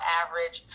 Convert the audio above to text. average